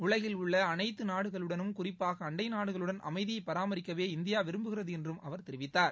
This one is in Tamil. உலகில் உள்ள அனைத்து நாடுகளுடனும் குறிப்பாக அண்டை நாடுகளுடன் அமைதியை பராமரிக்கவே இந்தியா விரும்புகிறது என்றும் அவர் தெரிவித்தார்